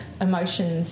emotions